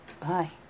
Bye